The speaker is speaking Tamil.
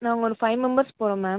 நாங்கள் ஒரு ஃபைவ் மெம்பர்ஸ் போகிறோம் மேம்